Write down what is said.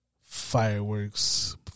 fireworks